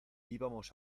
íbamos